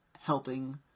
helping